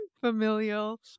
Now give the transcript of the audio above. familial